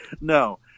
No